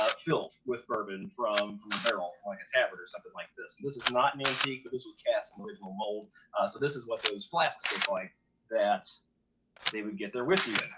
ah filled with bourbon from from a barrel from like a tavern or something like this. and this is not an antique, but this was cast from an original mold, so this is what those flasks look like that they would get their whiskey ah